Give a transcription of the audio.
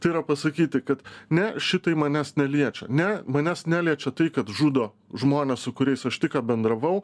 tai yra pasakyti kad ne šitai manęs neliečia ne manęs neliečia tai kad žudo žmones su kuriais aš tik ką bendravau